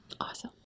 Awesome